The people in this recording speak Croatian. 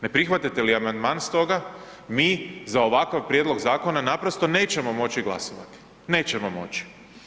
Ne prihvatite li amandman stoga, mi za ovakav prijedlog zakona naprosto nećemo moći glasovati, nećemo moći.